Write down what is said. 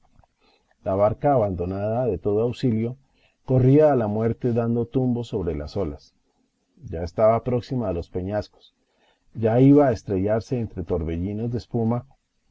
la barca abandonada de todo auxilio corría a la muerte dando tumbos sobre las olas ya estaba próxima a los peñascos ya iba a estrellarse entre torbellinos de espuma